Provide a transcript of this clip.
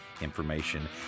information